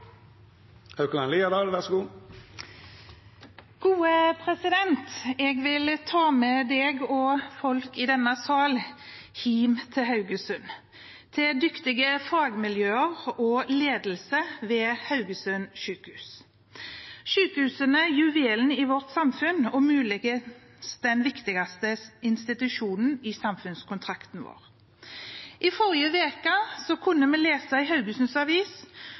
vil ta med folk i denne sal hjem til Haugesund, til dyktige fagmiljø og ledelse ved Haugesund sjukehus. Sykehusene er juvelen i vårt samfunn og muligens den viktigste institusjonen i samfunnskontrakten vår. I forrige uke kunne vi lese i Haugesunds Avis at samtlige avdelingsledere tverrfaglig – unikt i så